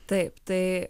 taip tai